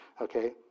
Okay